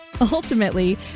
Ultimately